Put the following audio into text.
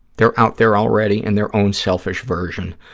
they're out there already in their own selfish version.